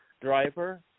driver